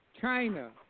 China